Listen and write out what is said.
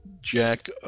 Jack